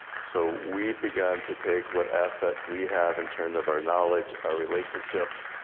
so we've begun to take what assets we have in terms of our knowledge, our relationships,